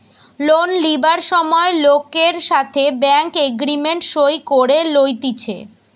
loan লিবার সময় লোকের সাথে ব্যাঙ্ক এগ্রিমেন্ট সই করে লইতেছে